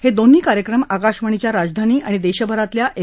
हे दोन्ही कार्यक्रम आकाशवाणीच्या राजधानी आणि देशभरातल्या एफ